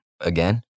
again